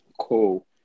cool